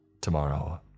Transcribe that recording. Tomorrow